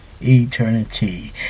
eternity